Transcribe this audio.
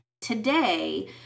today